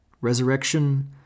Resurrection